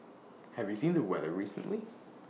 have you seen the weather recently